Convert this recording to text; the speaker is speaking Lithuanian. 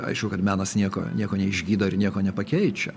aišku kad menas nieko nieko neišgydo ir nieko nepakeičia